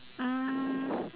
um